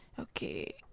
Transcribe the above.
Okay